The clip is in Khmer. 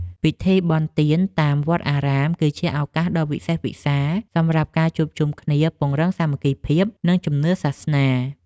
ពិធីបុណ្យទានតាមវត្តអារាម គឺជាឱកាសដ៏វិសេសវិសាលសម្រាប់ការជួបជុំគ្នាពង្រឹងសាមគ្គីភាព និងជំនឿសាសនា។